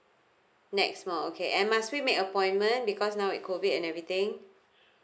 nex mall okay and must we made appointment because now it COVID and everything